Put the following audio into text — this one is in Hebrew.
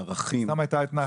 ערכים --- סתם הייתה אתנחתא.